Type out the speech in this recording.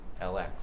Lx